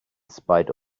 spite